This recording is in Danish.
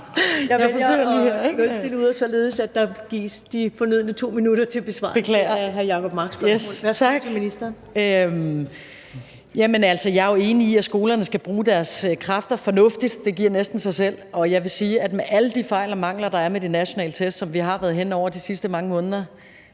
undervisningsministeren (Pernille Rosenkrantz-Theil): Jamen, altså, jeg er jo enig i, at skolerne skal bruge deres kræfter fornuftigt – det giver næsten sig selv. Og jeg vil sige, at med alle de fejl og mangler, der er med de nationale test, som vi har været hen over de sidste mange måneder,